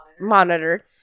monitored